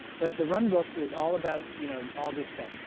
but the run book is all about you know all this stuff,